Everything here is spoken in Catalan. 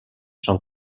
són